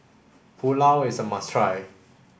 Pulao is a must try